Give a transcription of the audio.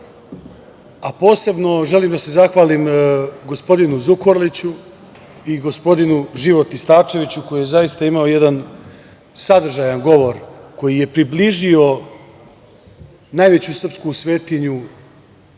a posebno želim da se zahvalim gospodinu Zukorliću i gospodinu Životi Starčeviću koji je zaista imao jedan sadržajan govor, koji je približio najveću srpsku svetinju